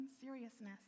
seriousness